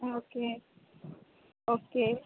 ah okay okay